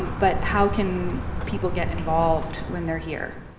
but how can people get involved when they're here?